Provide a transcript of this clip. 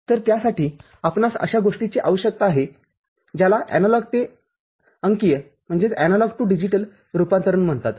तर त्यासाठी आपणास अशा गोष्टीची आवश्यकता आहे ज्याला एनालॉग ते अंकीय रूपांतरण म्हणतात